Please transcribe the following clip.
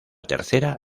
tercera